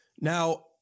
now